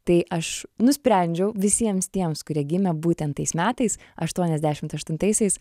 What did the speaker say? tai aš nusprendžiau visiems tiems kurie gimė būtent tais metais aštuoniasdešimt aštuntaisiais